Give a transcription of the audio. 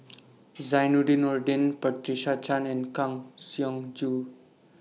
Zainudin Nordin Patricia Chan and Kang Siong Joo